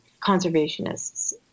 conservationists